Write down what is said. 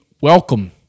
Welcome